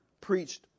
preached